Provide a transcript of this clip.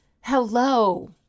Hello